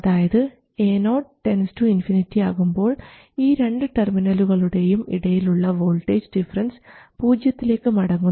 അതായത് Ao ∞ ആകുമ്പോൾ ഈ രണ്ട് ടെർമിനലുകളുടെയും ഇടയിലുള്ള വോൾട്ടേജ് ഡിഫറൻസ് പൂജ്യത്തിലേക്ക് മടങ്ങുന്നു